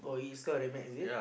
oh it's called Red-Max is it